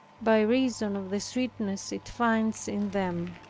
by reason of the sweetness it finds in them,